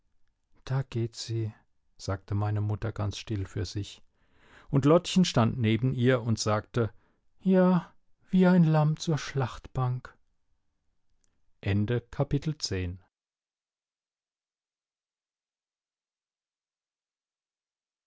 da geht sie sagte meine mutter ganz still für sich und lottchen stand neben ihr und sagte ja wie ein lamm zur schlachtbank